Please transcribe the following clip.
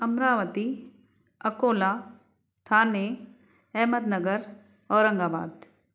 Amravati Akola Thane Ahmednagar Aurangabad